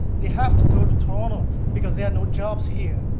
they have to go to toronto because there are no jobs here,